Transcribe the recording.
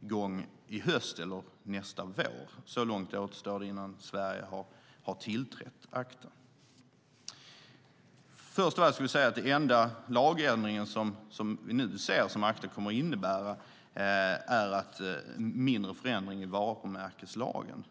gång i höst eller nästa vår. Så lång tid återstår det innan Sverige har tillträtt ACTA. Först av allt vill jag säga att den enda lagändring som vi nu ser att ACTA kommer att innebära är en mindre förändring i varumärkeslagen.